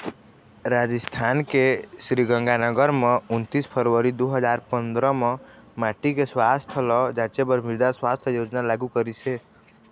राजिस्थान के श्रीगंगानगर म उन्नीस फरवरी दू हजार पंदरा म माटी के सुवास्थ ल जांचे बर मृदा सुवास्थ योजना लागू करिस हे